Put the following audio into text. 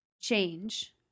Change